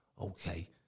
okay